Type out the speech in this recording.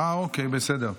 אוקיי, בסדר.